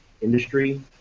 industry